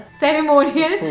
ceremonial